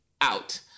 out